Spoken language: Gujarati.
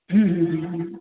હં હં